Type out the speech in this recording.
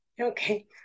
Okay